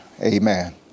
Amen